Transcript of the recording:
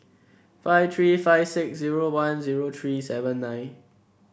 five three five six zero one zero three seven nine